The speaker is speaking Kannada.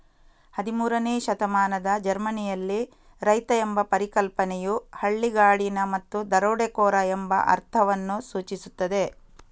ಹದಿಮೂರನೇ ಶತಮಾನದ ಜರ್ಮನಿಯಲ್ಲಿ, ರೈತ ಎಂಬ ಪರಿಕಲ್ಪನೆಯು ಹಳ್ಳಿಗಾಡಿನ ಮತ್ತು ದರೋಡೆಕೋರ ಎಂಬ ಅರ್ಥವನ್ನು ಸೂಚಿಸುತ್ತದೆ